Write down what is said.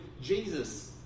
Jesus